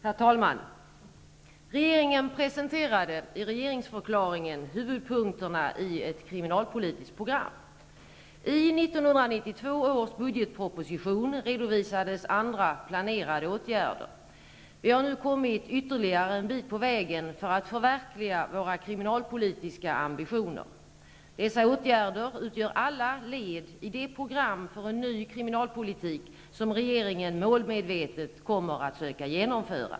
Herr talman! Regeringen presenterade i regeringsförklaringen huvudpunkterna i ett kriminalpolitiskt program. I 1992 års budgetproposition redovisades andra planerade åtgärder. Vi har nu kommit ytterligare en bit på vägen för att förverkliga våra kriminalpolitiska ambitioner. Dessa åtgärder utgör alla led i det program för en ny kriminalpolitik som regeringen målmedvetet kommer att söka genomföra.